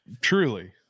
Truly